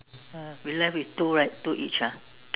uh we left with two right two each ah